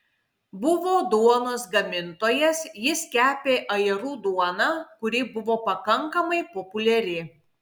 buvo duonos gamintojas jis kepė ajerų duoną kuri buvo pakankamai populiari